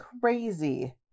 Crazy